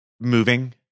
moving